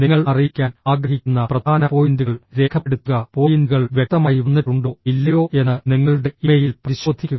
നിങ്ങൾ അറിയിക്കാൻ ആഗ്രഹിക്കുന്ന പ്രധാന പോയിന്റുകൾ രേഖപ്പെടുത്തുക പോയിന്റുകൾ വ്യക്തമായി വന്നിട്ടുണ്ടോ ഇല്ലയോ എന്ന് നിങ്ങളുടെ ഇമെയിൽ പരിശോധിക്കുക